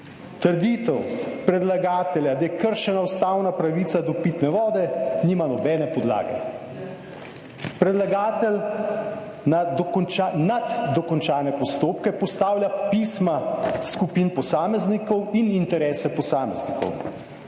Trditev predlagatelja, da je kršena ustavna pravica do pitne vode, nima nobene podlage. Predlagatelj nad dokončane postopke postavlja pisma skupin posameznikov in interese posameznikov,